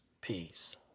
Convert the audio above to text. Peace